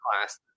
class